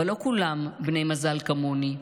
אבל לא כולם בני מזל כמוני.